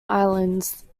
islands